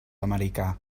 americà